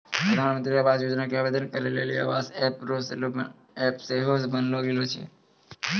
प्रधानमन्त्री आवास योजना मे आवेदन करै लेली आवास ऐप सेहो बनैलो गेलो छै